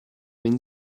been